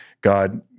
God